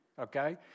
okay